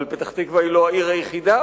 אבל פתח-תקווה היא לא העיר היחידה,